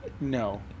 No